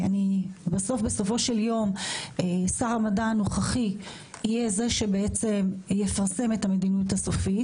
בסופו של יום שר המדע הנוכחי יהיה זה שיפרסם את המדיניות הסופית,